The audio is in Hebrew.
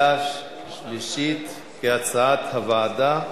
כהצעת הוועדה.